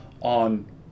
on